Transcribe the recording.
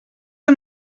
que